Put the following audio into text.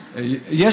שלם?